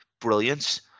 brilliance